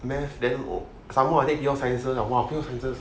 math then oh some more I take pure sciences !wah! pure sciences